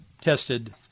tested